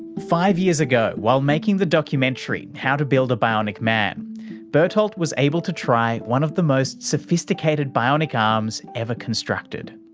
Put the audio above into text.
five years ago, while making the documentary how to build a bionic man bertolt was able to try one of the most sophisticated bionic um arms ever constructed.